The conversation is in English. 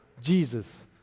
Jesus